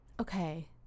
Okay